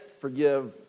forgive